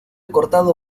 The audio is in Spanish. cortado